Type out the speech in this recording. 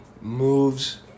moves